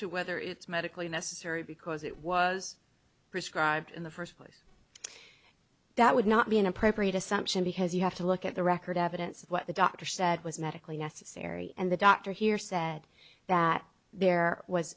to whether it's medically necessary because it was prescribed in the first place that would not be an appropriate assumption because you have to look at the record evidence of what the doctor said was medically necessary and the doctor here said that there was